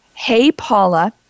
heypaula